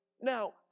Now